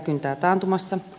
kyntää taantumassa